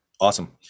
Awesome